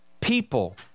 people